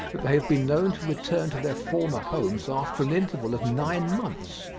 that they have been known to return to their former homes after an interval of nine months,